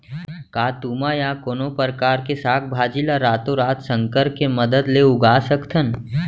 का तुमा या कोनो परकार के साग भाजी ला रातोरात संकर के मदद ले उगा सकथन?